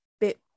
bit